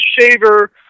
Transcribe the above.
shaver